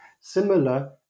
similar